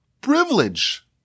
privilege